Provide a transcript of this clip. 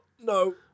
no